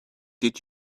did